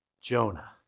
Jonah